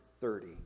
thirty